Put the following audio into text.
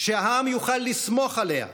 שהעם יוכל לסמוך עליה,